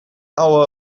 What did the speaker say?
hour